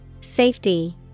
Safety